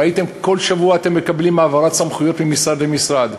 ראיתם שכל שבוע אתם מקבלים העברת סמכויות ממשרד למשרד.